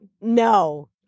No